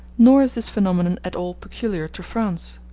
nor is this phenomenon at all peculiar to france.